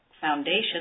Foundation